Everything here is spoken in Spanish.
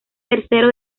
tercero